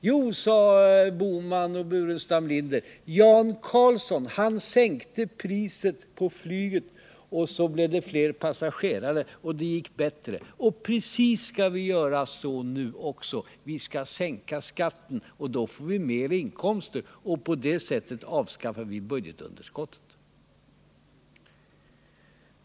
Jo, sade herrar Bohman och Burenstam Linder, Jan Carlzon sänkte priset på flyget, och så blev det fler passagerare och det gick bättre. Precis så skall vi göra också. Vi skall sänka skatten, och då får vi mera inkomster. På det sättet avskaffar vi budgetunderskottet.